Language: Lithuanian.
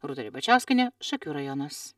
rūta ribačiauskienė šakių rajonas